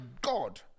God